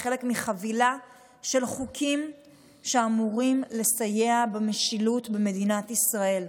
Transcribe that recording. כחלק מחבילה של חוקים שאמורים לסייע במשילות במדינת ישראל,